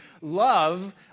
love